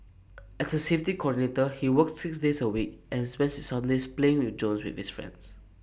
as A safety coordinator he works six days A week and spends his Sundays playing with drones with his friends